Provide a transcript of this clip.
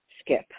skip